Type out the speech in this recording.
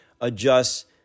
adjust